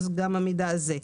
גם המידע הזה.